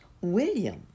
William